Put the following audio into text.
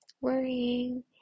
worrying